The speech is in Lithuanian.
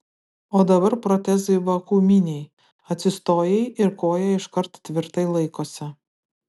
o dabar protezai vakuuminiai atsistojai ir koja iškart tvirtai laikosi